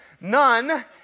none